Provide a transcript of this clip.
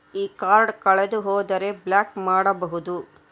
ಈ ಕಾರ್ಡ್ ಕಳೆದು ಹೋದರೆ ಬ್ಲಾಕ್ ಮಾಡಬಹುದು?